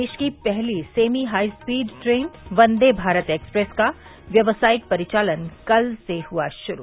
देश की पहली semi high speed train Vande Bharat express का व्यवसायिक परिचालन कल से हुआ शुरू